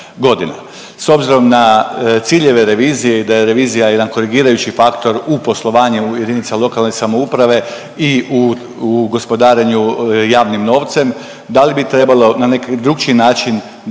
S obzirom na ciljeve revizije i da je revizija jedan korigirajući faktor u poslovanju jedinica lokalne samouprave i u gospodarenju javnim novcem da li bi trebalo na neki drukčiji način